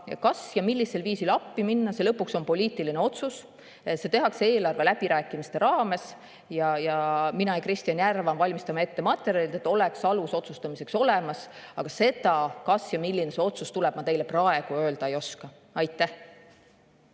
Kas ja millisel viisil appi minna, see on lõpuks poliitiline otsus, see tehakse eelarve läbirääkimiste raames. Mina ja Kristjan Järvan valmistame ette materjalid, et oleks alus otsustamiseks olemas. Aga seda, kas ja milline see otsus tuleb, ma teile praegu öelda ei oska.